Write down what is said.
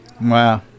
Wow